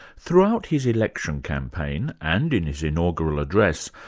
throughout his election campaign, and in his inaugural address,